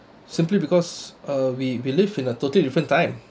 simply because uh we we live in a totally different time